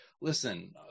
listen